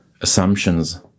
assumptions